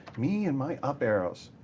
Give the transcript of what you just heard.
me and my up arrows.